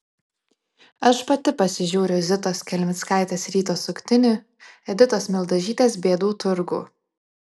aš pati pasižiūriu zitos kelmickaitės ryto suktinį editos mildažytės bėdų turgų